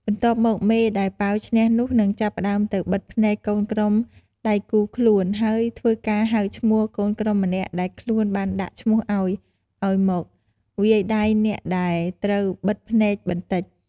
បន្ទាប់មកមេដែលប៉ាវឈ្នះនោះនឹងចាប់ផ្ដើមទៅបិទភ្នែកកូនក្រុមដៃគូខ្លួន ហើយធ្វើការហៅឈ្មោះកូនក្រុមម្នាក់ដែលខ្លួនបានដាក់ឈ្មោះឲ្យ ឲ្យមកវាយដៃអ្នកដែលត្រូវបិទភ្នែកបន្តិច។